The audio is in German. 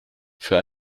für